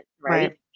Right